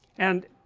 and